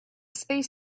space